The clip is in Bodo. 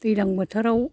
दैज्लां बोथोराव